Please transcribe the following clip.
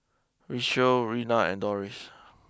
Richelle Rena and Doris